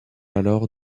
alors